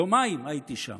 יומיים הייתי שם.